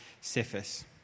Cephas